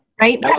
Right